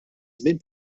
żmien